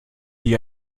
wie